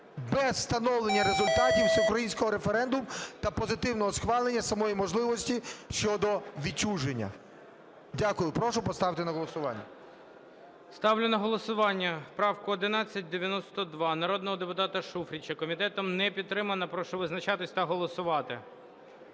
без встановлення результатів всеукраїнського референдуму та позитивного схвалення самої можливості щодо відчуження". Дякую. Прошу поставити на голосування. ГОЛОВУЮЧИЙ. Ставлю на голосування правку 1192 народного депутата Шуфрича. Комітетом не підтримана. Прошу визначатися та голосувати.